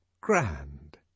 grand